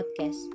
podcast